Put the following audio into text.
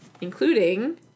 including